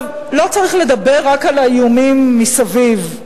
לא צריך לדבר רק על האיומים מסביב.